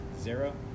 zero